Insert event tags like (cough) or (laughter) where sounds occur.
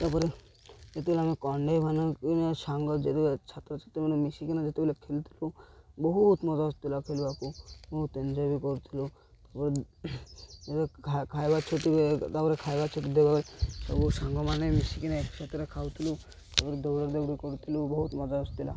ତା'ପରେ ଯେତେବେଳେ ଆମେ କଣ୍ଢେଇ ମାନଙ୍କୁ ସାଙ୍ଗ ଯେତେବେଳେ ଛାତ୍ରଛାତ୍ରୀ ମାନେ ମିଶିକିନା ଯେତେବେଳେ ଖେଲୁଥିଲୁ ବହୁତ ମଜା ଆସୁଥିଲା ଖେଳିବାକୁ ବହୁତ ଏନ୍ଜୟ ବି କରୁଥିଲୁ (unintelligible) ଖାଇବା ଛୁଟି ତା'ପରେ ଖାଇବା ଛୁଟି (unintelligible) ସବୁ ସାଙ୍ଗମାନେ ମିଶିକିନା ଏକସାଥରେ ଖାଉଥିଲୁ ତା'ପରେ ଦୌଡ଼ା ଦୌଡ଼ି କରୁଥିଲୁ ବହୁତ ମଜା ଆସୁଥିଲା